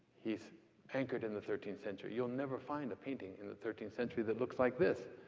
he's anchored in the thirteenth century. you'll never find a painting in the thirteenth century that looks like this.